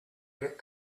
get